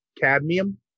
cadmium